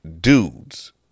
dudes